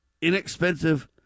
inexpensive